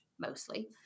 mostly